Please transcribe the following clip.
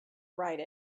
write